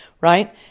Right